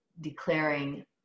declaring